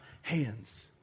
hands